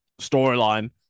storyline